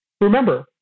remember